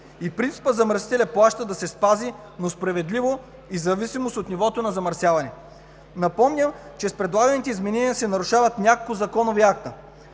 Принципът „замърсителят плаща“ да се спази, но справедливо и в зависимост от нивото на замърсяване. Напомням, че с предлаганите изменения се нарушават няколко законови акта: